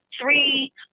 three